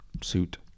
suit